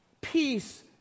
peace